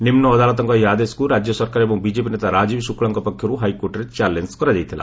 ନିମ୍ବ ଅଦାଲତଙ୍କ ଏହି ଆଦେଶକୁ ରାଜ୍ୟ ସରକାର ଏବଂ ବିଜେପି ନେତା ରାଜୀବ ଶୁକ୍ଲାଙ୍କ ପକ୍ଷରୁ ହାଇକୋର୍ଟରେ ଚାଲେଞ୍ଜ କରାଯାଇଥିଲା